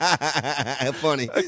Funny